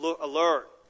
alert